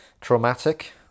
traumatic